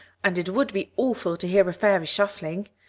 and it would be awful to hear a fairy shuffling.